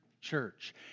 Church